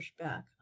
pushback